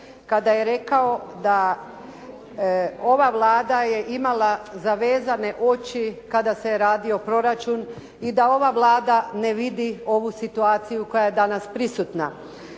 kada je rekao da ova Vlada je imala zavezane oči kada se radio proračun i da ova Vlada ne vidi ovu situaciju koja je danas prisutna.